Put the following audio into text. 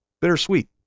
bittersweet